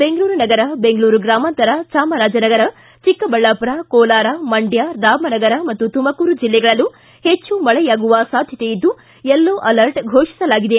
ಬೆಂಗಳೂರು ನಗರ ಬೆಂಗಳೂರು ಗ್ರಾಮಾಂತರ ಚಾಮರಾಜನಗರ ಚಿಕ್ಕಬಳ್ಳಾಪುರ ಕೋಲಾರ ಮಂಡ್ಕ ರಾಮನಗರ ಹಾಗೂ ತುಮಕೂರು ಜಿಲ್ಲೆಗಳಲ್ಲೂ ಹೆಚ್ಚು ಮಳೆಯಾಗುವ ಸಾಧ್ಯತೆಯಿದ್ದು ಯೆಲ್ಲೊ ಅಲರ್ಟ್ ಘೋಷಿಸಲಾಗಿದೆ